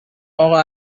اقا